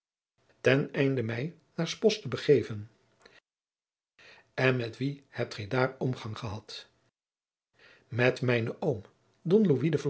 ten einde mij naar s bosch te begeven en met wien hebt gij daar omgang gehad met mijnen oom